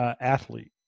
athlete